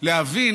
בדיוק.